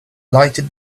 lighted